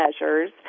measures